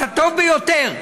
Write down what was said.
את הטוב ביותר,